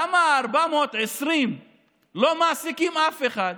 למה 420 לא מעסיקים אף אחד?